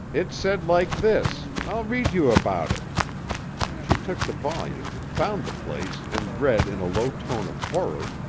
it said like this i'll read you about it she took the volume, found the place and read in a low tone of horror,